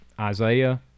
Isaiah